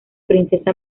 princesa